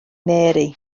mary